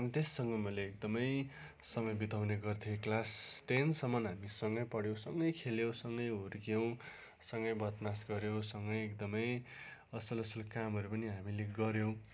अनि त्यससँग मैले एकदमै समय बिताउने गर्थे क्लास टेनसमन हामी सँगै पढ्यौ सँगै खेल्यौ सँगै हुर्क्यौ सँगै बदमास गर्यौ सँगै एकदमै असल असल कामहरू पनि हामीले गर्यौ